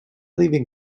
leaving